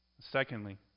Secondly